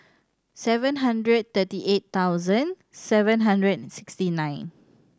seven hundred thirty eight thousand seven hundred and sixty nine